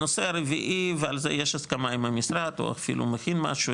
הנושא הרביעי ועל זה יש הסכמה עם המשרד או אפילו הוא הכין משהו,